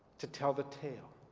to tell the tale.